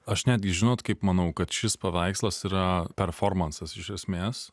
aš netgi žinot kaip manau kad šis paveikslas yra performansas iš esmės